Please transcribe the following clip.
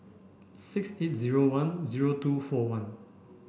six eight zero one zero two four one